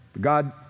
God